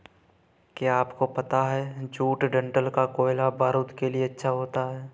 क्या आपको पता है जूट डंठल का कोयला बारूद के लिए अच्छा होता है